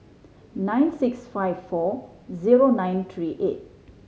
nine six five four zero nine three eight